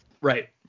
Right